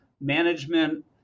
Management